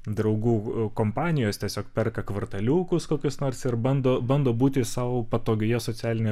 draugų kompanijos tiesiog perka kvartaliukus kokius nors ir bando bando būti sau patogioje socialinėje